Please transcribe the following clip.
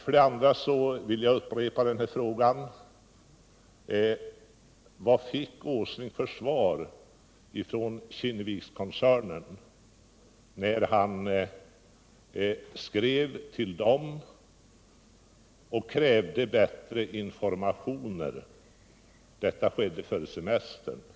Vidare vill jag upprepa denna fråga: Vad fick Nils Åsling för svar från Kinnevikskoncernen när han skrev till koncernen och krävde bättre informationer? Det skedde före semestern i fjol.